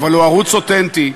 אבל הוא ערוץ אותנטי,